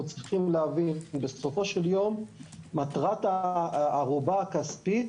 אנחנו צריכים להבין שבסופו של יום מטרת הערובה הכספית